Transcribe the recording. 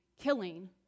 killing